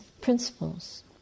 principles